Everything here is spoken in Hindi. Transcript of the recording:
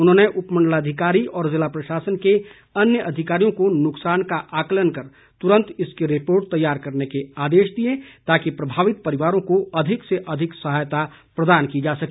उन्होंने उपमंडलाधिकारी और जिला प्रशासन के अन्य अधिकारियों को नुकसान का आकलन कर तुरंत इसकी रिपोर्ट तैयार करने के आदेश दिए ताकि प्रभावित परिवारों को अधिक से अधिक सहायता प्रदान की जा सके